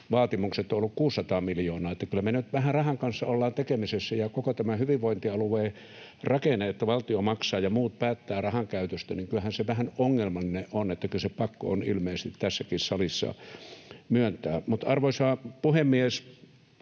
vaatimukset ovat olleet 600 miljoonaa, että kyllä me nyt vähän rahan kanssa olemme tekemisissä. Kyllähän koko tämä hyvinvointialueen rakenne, että valtio maksaa ja muut päättävät rahankäytöstä, vähän ongelmallinen on. Kyllä se pakko on ilmeisesti tässäkin salissa myöntää. Arvoisa puhemies!